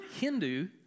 Hindu